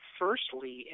firstly